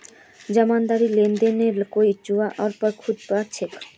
जमानती लेनदारक लोन नई चुका ल पर खुद चुका छेक